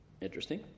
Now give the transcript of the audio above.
Interesting